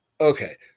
okay